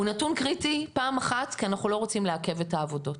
הוא נתון קריטי פעם אחת כי אנחנו לא רוצים לעכב את העבודות.